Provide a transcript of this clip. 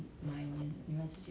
ya lor